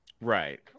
right